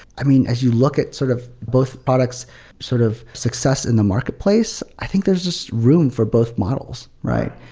i mean, as you look at sort of both product's sort of success in the marketplace, i think there's just room for both models, right?